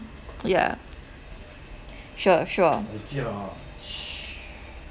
yeah sure sure